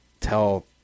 tell